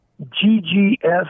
G-G-S